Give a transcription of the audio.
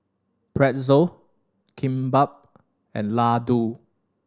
Pretzel Kimbap and Ladoo